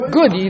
Good